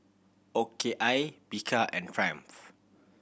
O K I Bika and Triumph